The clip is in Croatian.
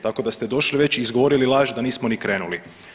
Tako da ste došli već i izgovorili laž, da nismo ni krenuli.